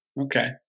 Okay